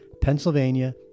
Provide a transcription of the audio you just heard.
Pennsylvania